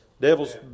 Devil's